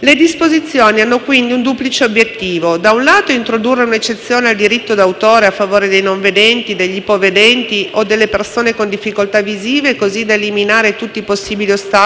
Le disposizioni hanno quindi un duplice obiettivo: da un lato introdurre un'eccezione al diritto d'autore a favore dei non vedenti, degli ipovedenti o delle persone con difficoltà visive, così da eliminare tutti i possibili ostacoli